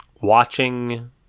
watching